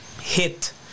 hit